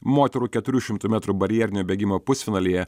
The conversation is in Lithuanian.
moterų keturių šimtų metrų barjerinio bėgimo pusfinalyje